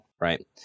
Right